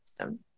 system